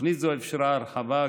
תוכנית זו אפשרה הרחבה,